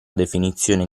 definizione